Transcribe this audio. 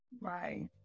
Right